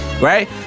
Right